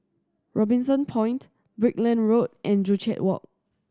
Robinson Point Brickland Road and Joo Chiat Walk